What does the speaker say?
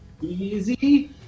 Easy